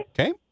Okay